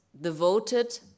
devoted